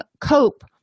cope